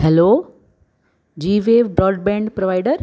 hello ji wave broadband provider